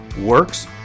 Works